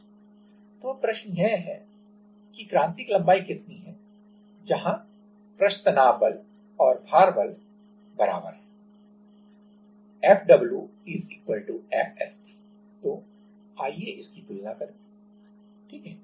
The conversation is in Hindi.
क्रांतिक लंबाई कितनी है जहां तो अब प्रश्न यह है कि क्रांतिक लंबाई कितनी है जहां Fw Fst तो आइए इसकी तुलना करें ठीक है